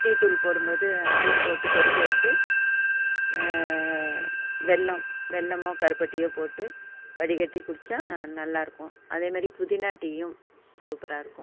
டீத்தூள் போடும்போது அதையும் போட்டு கொதிக்கவிட்டு வெல்லம் வெல்லமோ கருப்பட்டியோ போட்டு வடிகட்டி குடிச்சா நல்லா இருக்கும் அதே மாரி புதினா டீயும் சூப்பராக இருக்கும்